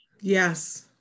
Yes